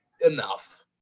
enough